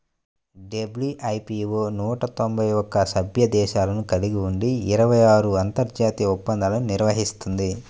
WIPO నూట తొంభై ఒక్క సభ్య దేశాలను కలిగి ఉండి ఇరవై ఆరు అంతర్జాతీయ ఒప్పందాలను నిర్వహిస్తుంది